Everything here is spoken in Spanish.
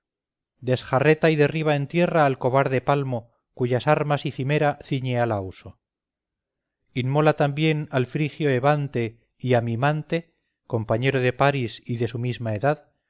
de un monte desjarreta y derriba en tierra al cobarde palmo cuyas armas y cimera ciñe a lauso inmola también al frigio evante y a mimante compañero de paris y de su misma edad